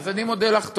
אז אני מודה לך.